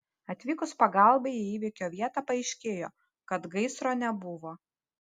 atvykus pagalbai į įvykio vietą paaiškėjo kad gaisro nebuvo